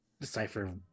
decipher